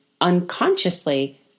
unconsciously